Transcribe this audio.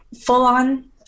full-on